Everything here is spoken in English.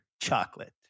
chocolate